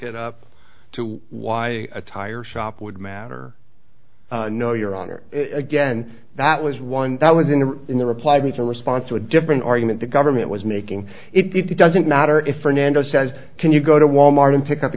it up to why a tire shop would matter no your honor again that was one that was in the in the reply was a response to a different argument the government was making it doesn't matter if fernando says can you go to wal mart and pick up the